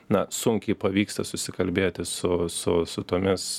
na sunkiai pavyksta susikalbėti su su su tomis